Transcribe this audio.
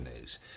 news